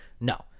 No